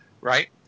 right